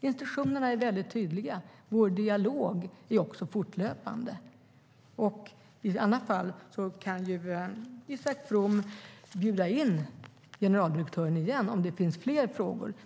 Instruktionerna är väldigt tydliga. Vår dialog är också fortlöpande. I annat fall kan ju Isak From bjuda in generaldirektören igen, om det finns fler frågor.